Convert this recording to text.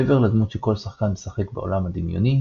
מעבר לדמות שכל שחקן משחק בעולם הדמיוני,